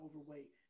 overweight